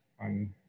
on